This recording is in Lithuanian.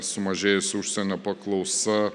sumažėjusi užsienio paklausa